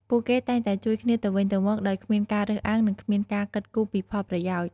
ពួកគេតែងតែជួយគ្នាទៅវិញទៅមកដោយគ្មានការរើសអើងនិងគ្មានការគិតគូរពីផលប្រយោជន៍។